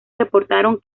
reportaron